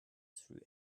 through